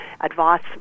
advice